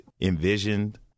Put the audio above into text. envisioned